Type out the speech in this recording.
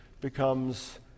becomes